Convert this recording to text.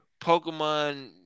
Pokemon